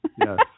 Yes